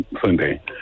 Sunday